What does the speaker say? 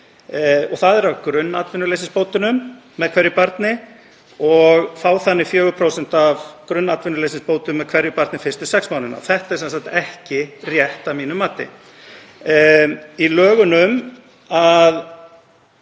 og það er af grunnatvinnuleysisbótum með hverju barni, og fá þannig 4% af grunnatvinnuleysisbótum með hverju barni fyrstu sex mánuðina. Þetta er sem sagt ekki rétt að mínu mati. (Forseti